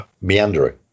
meandering